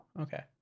okay